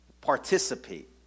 participate